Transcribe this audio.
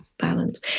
balance